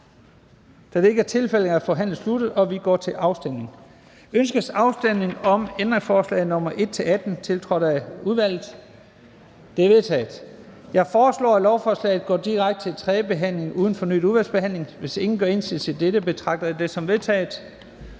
Første næstformand (Leif Lahn Jensen): Ønskes afstemning om ændringsforslag nr. 1, tiltrådt af udvalget? Det er vedtaget. Jeg foreslår, at forslaget går direkte til tredje behandling uden fornyet udvalgsbehandling. Hvis ingen gør indsigelse mod dette, betragter jeg det som vedtaget.